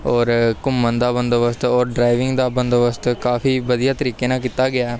ਔਰ ਘੁੰਮਣ ਦਾ ਬੰਦੋਬਸਤ ਔਰ ਡਰਾਈਵਿੰਗ ਦਾ ਬੰਦੋਬਸਤ ਕਾਫੀ ਵਧੀਆ ਤਰੀਕੇ ਨਾਲ ਕੀਤਾ ਗਿਆ